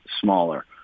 smaller